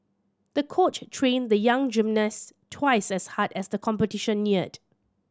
the coach trained the young gymnast twice as hard as the competition neared